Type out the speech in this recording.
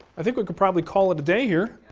i think we can probably call it a day here.